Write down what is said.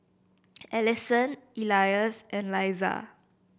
Allyson Elias and Leisa